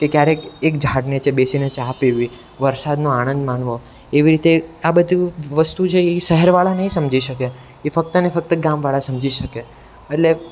કે ક્યારેક એક ઝાડ નીચે બેસીને ચા પીવી વરસાદનો આનંદ માણવો એવી રીતે આ બધું વસ્તુ જે એ શહેરવાળા નહીં સમજી શકે એ ફક્ત ને ફક્ત ગામવાળા સમજી શકે એટલે